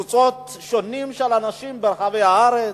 קבוצות שונות של אנשים ברחבי הארץ,